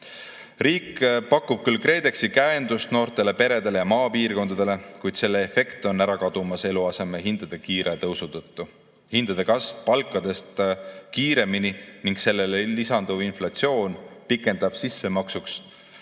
Riik pakub küll KredExi käendust noortele peredele ja maapiirkondadele, kuid selle efekt on ära kadumas eluasemehindade kiire tõusu tõttu. Hindade kasv palkadest kiiremini ning sellele lisanduv inflatsioon pikendab sissemaksuks